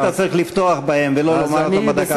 אז היית צריך לפתוח בהם, ולא לומר אותם בדקה ה-13.